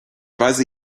weise